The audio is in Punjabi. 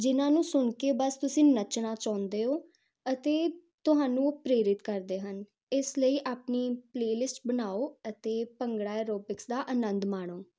ਜਿਹਨਾਂ ਨੂੰ ਸੁਣ ਕੇ ਬਸ ਤੁਸੀਂ ਨੱਚਣਾ ਚਾਹੁੰਦੇ ਹੋ ਅਤੇ ਤੁਹਾਨੂੰ ਪ੍ਰੇਰਿਤ ਕਰਦੇ ਹਨ ਇਸ ਲਈ ਆਪਣੀ ਪਲੇਲਿਸਟ ਬਣਾਓ ਅਤੇ ਭੰਗੜਾ ਐਰੋਬਿਕਸ ਦਾ ਆਨੰਦ ਮਾਣੋ